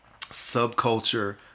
subculture